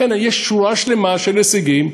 יש שורה שלמה של הישגים.